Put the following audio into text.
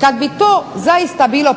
kad bi to zaista bilo